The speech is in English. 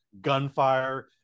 gunfire